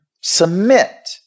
Submit